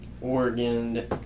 Oregon